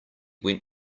went